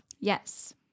yes